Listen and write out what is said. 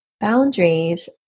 boundaries